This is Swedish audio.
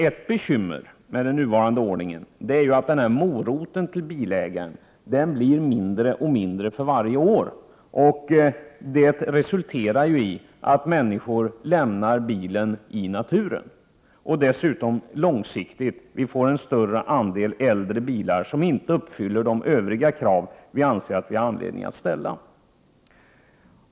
Ett bekymmer med den rådande situationen är att moroten för bilägaren blir mindre och mindre för varje år, och det resulterar i sin tur i att människor lämnar sina bilar ute i naturen. Dessutom får vi långsiktigt en större andel äldre bilar som inte uppfyller de övriga krav som vi anser att det finns anledning att ställa.